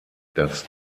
das